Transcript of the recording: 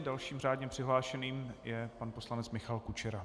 Dalším řádně přihlášeným je pan poslanec Michal Kučera.